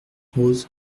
rose